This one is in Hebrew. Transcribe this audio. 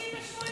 כשהשר יחזור,